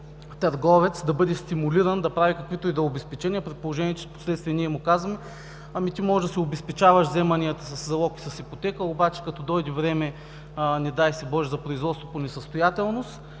търговец да бъде стимулиран да прави каквито й да е обезпечения, при положение че впоследствие ние му казваме: Ами, ти може да си обезпечаваш вземанията със залог, с ипотека, обаче като дойде време, не дай боже, за производство по несъстоятелност,